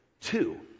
two